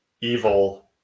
evil